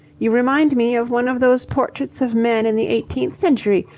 you remind me of one of those portraits of men in the century,